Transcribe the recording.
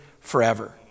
forever